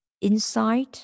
inside